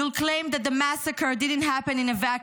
You’ll claim that "the massacre didn’t happen in a vacuum"